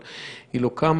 אבל היא לא קמה.